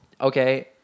Okay